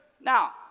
Now